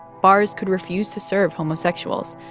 bars could refuse to serve homosexuals.